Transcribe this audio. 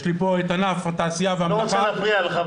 יש לי פה את ענף התעשייה --- אני לא רוצה להפריע לך,